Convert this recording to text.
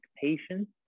patience